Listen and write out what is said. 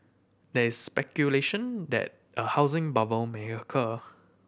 there is speculation that a housing bubble may occur